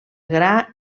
gra